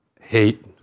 hate